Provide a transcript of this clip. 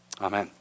Amen